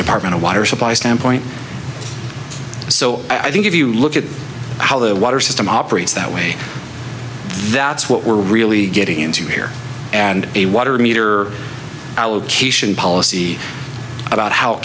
department of water supply standpoint so i think if you look at how the water system operates that way that's what we're really getting into here and a water meter allocation policy about how